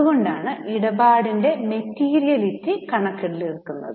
അതുകൊണ്ടാണ് ഇടപാടിന്റെ മെറ്റീരിയലിറ്റി കണക്കിലെടുക്കുന്നത്